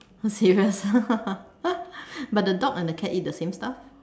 serious ah but the dog and the cat eat the same stuff